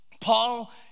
Paul